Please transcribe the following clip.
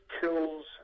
kills